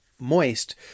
moist